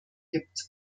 gibt